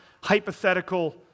hypothetical